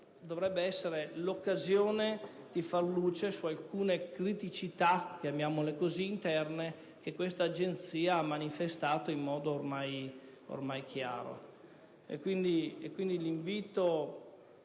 dovrebbe essere l'occasione di far luce su alcune criticità - chiamiamole così - interne che quest'Agenzia ha manifestato in modo ormai chiaro.